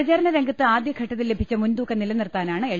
പ്രചാരണരംഗത്ത് ആദ്യ ഘട്ടത്തിൽ ലഭിച്ച മുൻതൂക്കം നിലനിർത്താനാണ് എൽ